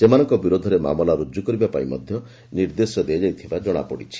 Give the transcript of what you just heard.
ସେମାନଙ୍କ ବିରୋଧରେ ମାମଲା ରୁଜୁ କରିବାପାଇଁ ମଧ୍ଧ ନିର୍ଦ୍ଦେଶ ଦିଆଯାଇଥିବା ଜଣାପଡ଼ିଛି